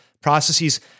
processes